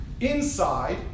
Inside